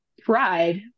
pride